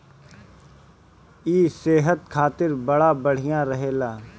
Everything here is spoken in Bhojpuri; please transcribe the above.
इ सेहत खातिर बड़ा बढ़िया रहेला